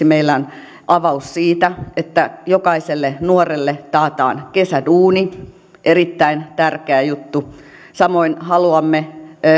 meillä esimerkiksi on avaus siitä että jokaiselle nuorelle taataan kesäduuni erittäin tärkeä juttu samoin haluamme